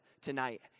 tonight